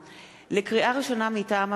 לקריאה ראשונה, מטעם הממשלה: